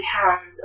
pounds